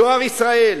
"דואר ישראל",